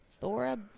Thora